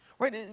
Right